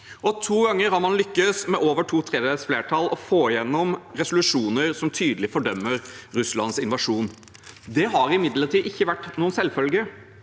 og to ganger har man lykkes – med over to tredels flertall – å få igjennom resolusjoner som tydelig fordømmer Russlands inva sjon. Det har imidlertid ikke vært noen selvfølge,